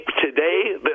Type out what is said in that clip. today